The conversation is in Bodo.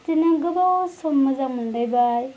बिदिनो गोबाव सम मोजां मोनलायबाय